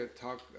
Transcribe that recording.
talk